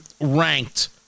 ranked